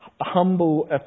Humble